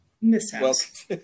mishaps